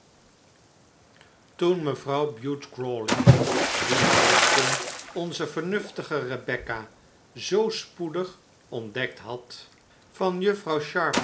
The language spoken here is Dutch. toen mevrouw bute crawley wier listen onze vernuftige rebecca zoo spoedig ontdekt had van juffrouw